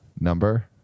number